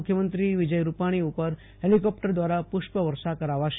મુખ્યમંત્રી વિજય રૂપાણી પર હેલીકોપ્ટર દ્વારા પુષ્પવર્ષા કરાવશે